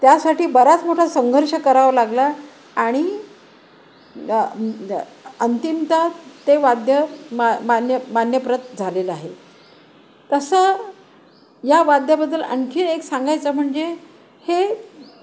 त्यासाठी बराच मोठा संघर्ष करावां लागला आणि आ म आ अंतिमता ते वाद्य मा मान्य मान्यप्रत झालेलं आहे तसं या वाद्याबद्दल आणखीन एक सांगायचं म्हणजे हे